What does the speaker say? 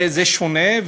זה שונה,